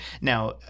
Now